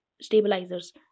stabilizers